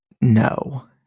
No